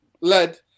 lead